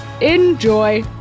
Enjoy